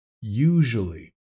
Usually